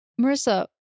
Marissa